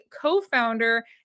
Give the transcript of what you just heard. co-founder